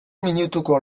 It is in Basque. minutuko